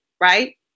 right